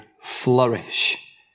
flourish